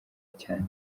cyane